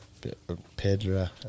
Pedra